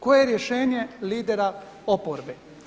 Koje je rješenje lidera oporbe?